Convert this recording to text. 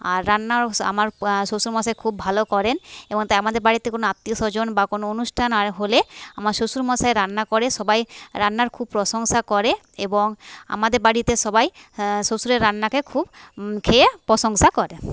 আর রান্না আমার শ্বশুরমশাই খুব ভালো করেন এবং তাই আমাদের বাড়িতে কোনো আত্মীয় স্বজন বা কোন অনুষ্ঠান আর হলে আমার শ্বশুরমশাই রান্না করে সবাই রান্নার খুব প্রশংসা করে এবং আমাদের বাড়িতে সবাই শ্বশুরের রান্নাকে খুব খেয়ে প্রশংসা করে